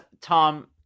tom